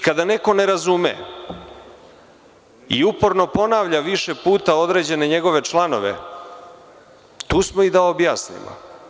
Kada neko ne razume i uporno ponavlja više puta određene njegove članove, tu smo i da objasnimo.